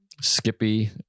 skippy